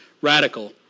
Radical